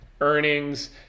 earnings